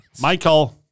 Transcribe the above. Michael